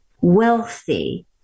wealthy